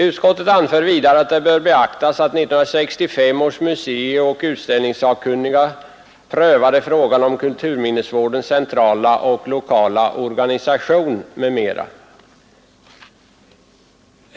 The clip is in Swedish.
Utskottet anför vidare att det bör beaktas att 1965 års museioch utställningssakkunniga prövade frågan om kulturminnesvårdens centrala och lokala organisation m.m.